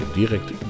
direct